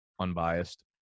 unbiased